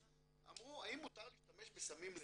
אמרו, האם מותר להשתמש בסמים לרפואה?